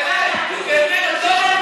את הנושא הזה,